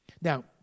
Now